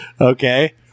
Okay